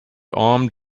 armed